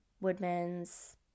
Woodman's